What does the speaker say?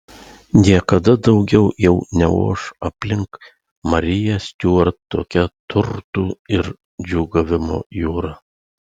niekada daugiau jau neoš aplink mariją stiuart tokia turtų ir džiūgavimo jūra